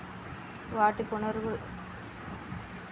వాటి పునరుత్పత్తి వ్యూహం ఇతర దేశీయ మంద జంతువులతో సమానంగా ఉంటుంది